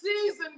season